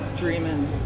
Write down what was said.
Dreaming